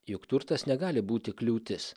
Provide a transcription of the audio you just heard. juk turtas negali būti kliūtis